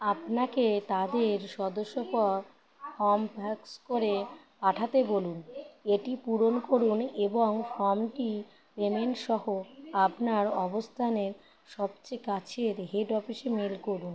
আপনাকে তাদের সদস্যপদ ফর্ম ফ্যাক্স করে পাঠাতে বলুন এটি পূরণ করুন এবং ফর্মটি পেমেন্টসহ আপনার অবস্থানের সবচেয়ে কাছের হেড অফিসে মেল করুন